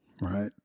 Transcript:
Right